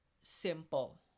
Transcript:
simple